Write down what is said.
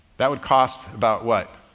that would cost about what?